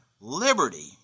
liberty